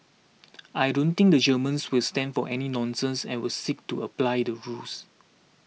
I don't think the Germans will stand for any nonsense and will seek to apply the rules